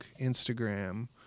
Instagram